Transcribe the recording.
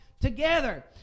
together